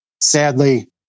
Sadly